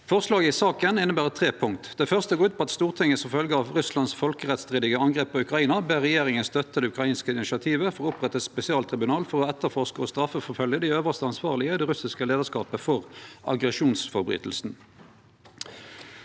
Forslaget i saka inneheld tre punkt. Det første går ut på at Stortinget som følge av Russlands folkerettsstridige angrep på Ukraina ber regjeringa støtte det ukrainske initiativet til å opprette eit spesialtribunal for å etterforske og straffeforfølgje dei øvste ansvarlege i det russiske leiarskapet for aggresjonsbrotsverket.